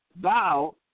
Thou